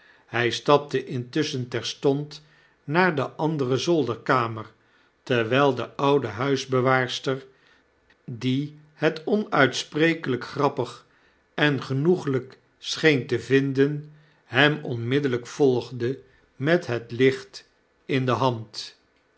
hij stapte intusschen terstond naar de andere zolderkamer terwyl de oxide huisbewaarster die het onuitsprekelyk grappig en genoeglyk scheen te vinden hem onmiddellyk volgde met het licht in de hand